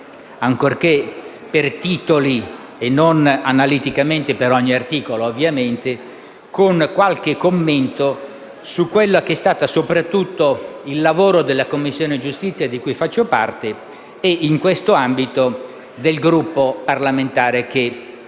ancorché per titoli e non analiticamente per ogni articolo, con qualche commento su quello che è stato soprattutto il lavoro della Commissione giustizia, di cui faccio parte, e, in questo ambito, del Gruppo parlamentare che